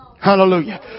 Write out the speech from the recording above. Hallelujah